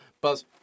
Buzz